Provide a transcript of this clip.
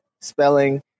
spelling